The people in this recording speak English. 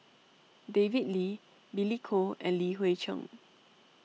David Lee Billy Koh and Li Hui Cheng